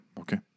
Okay